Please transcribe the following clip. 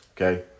Okay